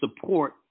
support